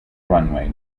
runway